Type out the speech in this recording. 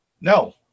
no